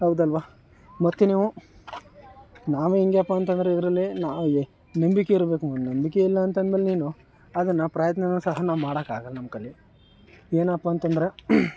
ಹೌದಲ್ವ ಮತ್ತೆ ನೀವೂ ನಾವು ಹೆಂಗಪ್ಪ ಅಂತ ಅಂದ್ರೆ ಇದರಲ್ಲಿ ನಾವು ಎ ನಂಬಿಕೆ ಇರಬೇಕು ಮ ನಂಬಿಕೆ ಇಲ್ಲ ಅಂತ ಅಂದ್ಮೆಲೇನು ಅದನ್ನು ಪ್ರಯತ್ನವೂ ಸಹ ನಾವು ಮಾಡೋಕೆ ಆಗೋಲ್ಲ ನಮ್ಮ ಕೈಲಿ ಏನಪ್ಪ ಅಂತಂದ್ರೆ